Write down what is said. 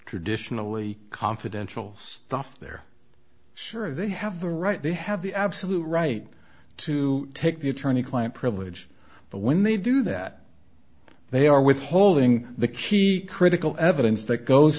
traditionally confidential stuff there sure they have the right they have the absolute right to take the attorney client privilege but when they do that they are withholding the key critical evidence that goes